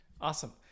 Awesome